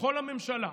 בכל הממשלה.